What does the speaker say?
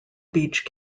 beach